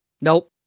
Nope